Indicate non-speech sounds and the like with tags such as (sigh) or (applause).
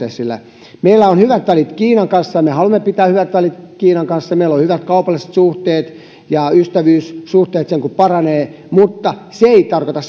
esille meillä on hyvät välit kiinan kanssa ja me haluamme pitää hyvät välit kiinan kanssa meillä on hyvät kaupalliset suhteet ja ystävyyssuhteet sen kuin paranevat mutta se ei tarkoita (unintelligible)